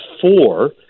four